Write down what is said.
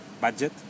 budget